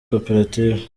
koperative